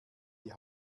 die